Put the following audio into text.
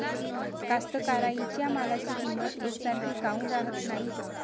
कास्तकाराइच्या मालाची किंमत यकसारखी काऊन राहत नाई?